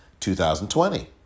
2020